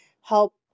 help